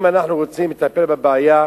אם אנחנו רוצים לטפל בבעיה,